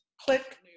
Click